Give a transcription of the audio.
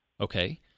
Okay